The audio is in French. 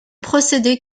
procédé